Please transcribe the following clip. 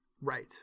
Right